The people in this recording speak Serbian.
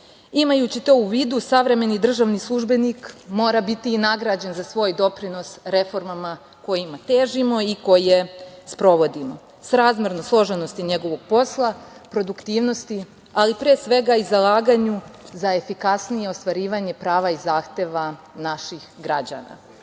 Imajući to u vidu, savremeni državni službenik mora biti i nagrađen za svoj doprinos reformama kojima težimo i koje sprovodimo, srazmerno složenosti njegovog posla, produktivnosti, ali pre svega i zalaganju za efikasnije ostvarivanje prava i zahteva naših građana. Uz